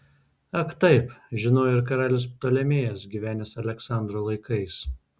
ak taip žinojo ir karalius ptolemėjus gyvenęs aleksandro laikais